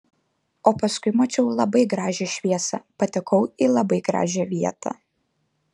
o paskui mačiau labai gražią šviesą patekau į labai gražią vietą